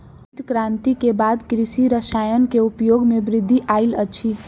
हरित क्रांति के बाद कृषि रसायन के उपयोग मे वृद्धि आयल अछि